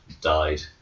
died